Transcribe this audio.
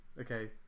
Okay